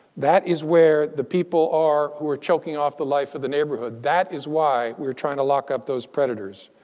that is where the people are who are choking off the life of the neighborhood. that is why we are trying to lock up those predators.